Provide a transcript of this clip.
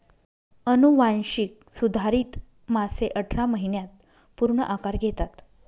अनुवांशिक सुधारित मासे अठरा महिन्यांत पूर्ण आकार घेतात